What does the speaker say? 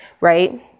right